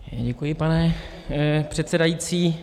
Děkuji, pane předsedající.